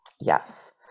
yes